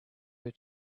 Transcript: her